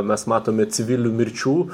mes matome civilių mirčių